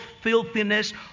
filthiness